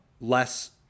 less